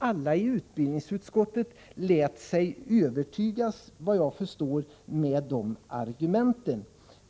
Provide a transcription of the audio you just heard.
Alla i utbildningsutskottet lät sig, efter vad jag förstår, övertygas av dessa argument.